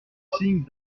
signe